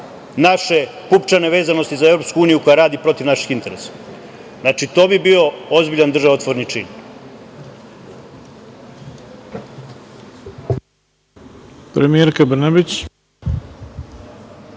naše pupčane vezanosti za EU koja radi protiv naših interesa. Znači, to bi bio ozbiljan državotvorni čin.